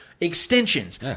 extensions